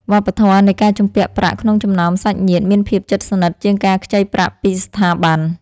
វប្បធម៌នៃការជំពាក់ប្រាក់ក្នុងចំណោមសាច់ញាតិមានភាពជិតស្និទ្ធជាងការខ្ចីប្រាក់ពីស្ថាប័ន។